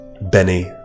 Benny